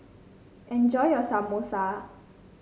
enjoy your Samosa